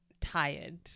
tired